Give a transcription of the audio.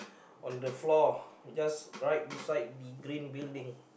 on the floor just right beside the green building